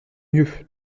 mieux